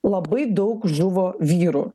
labai daug žuvo vyrų